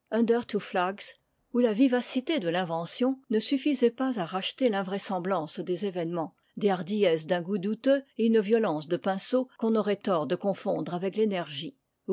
où la vivacité de l'inventiou ne suffisait pas à racheter l'invraisemblance des événemens des hardiesses d'un goût douteux et une violence de pinceau qu'on aurait tort de confondre avec l'énergie